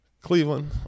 Cleveland